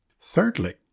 Thirdly